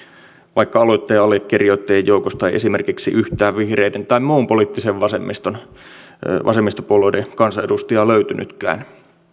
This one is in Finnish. vaikka aloitteen allekirjoittajien joukosta ei esimerkiksi yhtään vihreiden tai muun poliittisen vasemmistopuolueen kansanedustajia löytynytkään